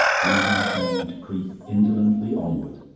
leaving the train to creep indolently onward,